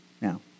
Now